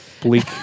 bleak